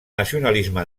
nacionalisme